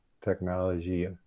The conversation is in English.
technology